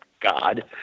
God